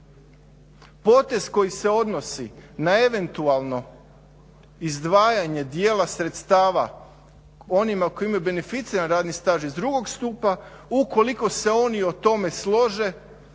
Potez koji se odnosi na eventualno izdvajanje dijela sredstava onima koji imaju benificiran radni staž iz drugog stupa, ukoliko se oni o tome slože,